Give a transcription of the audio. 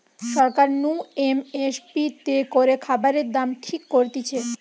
সরকার নু M S P তে করে খাবারের দাম ঠিক করতিছে